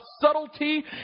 subtlety